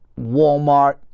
Walmart